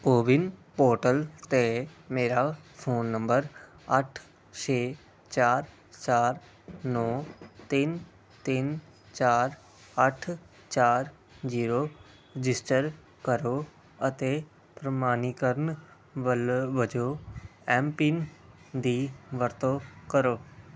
CoWIN portal 'ਤੇ ਮੇਰਾ phone number ਅੱਠ ਛੇ ਚਾਰ ਚਾਰ ਨੌਂ ਤਿੰਨ ਤਿੰਨ ਚਾਰ ਅੱਠ ਚਾਰ ਜ਼ੀਰੋ ਰਜਿਸਟਰ ਕਰੋ ਅਤੇ ਪ੍ਰਮਾਣੀਕਰਨ ਵਲੋਂ ਵਜੋਂ ਐਮ ਪਿੰਨ ਦੀ ਵਰਤੋਂ ਕਰੋ